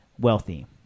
wealthy